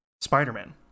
Spider-Man